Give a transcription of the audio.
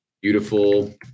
beautiful